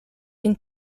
vin